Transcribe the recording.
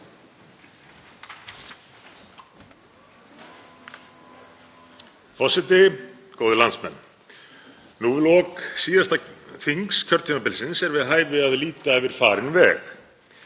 Forseti. Góðir landsmenn. Nú við lok síðasta þings kjörtímabilsins er við hæfi að líta yfir farinn veg.